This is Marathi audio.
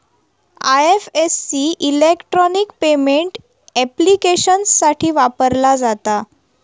आय.एफ.एस.सी इलेक्ट्रॉनिक पेमेंट ऍप्लिकेशन्ससाठी वापरला जाता